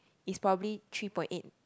is probably three point eight